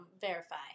verify